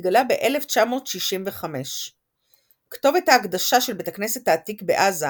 התגלה ב 1965. כתובת ההקדשה של בית הכנסת העתיק בעזה